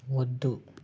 వద్దు